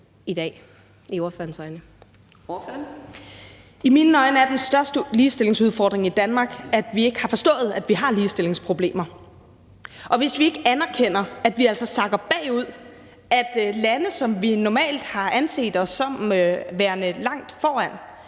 Trine Bramsen (S): I mine øjne er den største ligestillingsudfordring i Danmark, at vi ikke har forstået, at vi har ligestillingsproblemer. Og hvis vi ikke anerkender, at vi altså sakker bagud, og at lande, som vi normalt har anset os som værende langt foran,